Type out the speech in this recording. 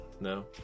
No